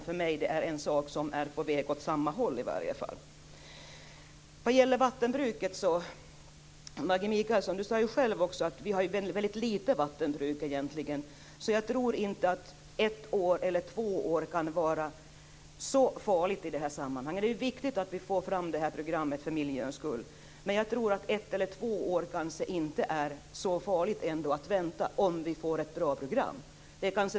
För mig är det en sak, i varje fall är de på väg åt samma håll. Maggi Mikaelsson sade själv att vi egentligen har väldigt litet vattenbruk, så jag tror inte att ett år eller två år kan vara så farligt i det här sammanhanget. Det är viktigt att vi får fram det här programmet för miljöns skull. Men jag tror inte att det är så farligt att vänta ett eller två år om vi får ett bra program.